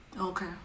okay